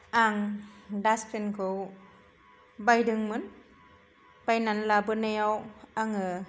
आं दास्टबिनखौ बायदोंमोन बायनानै लाबोनायाव आङो